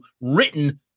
written